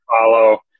follow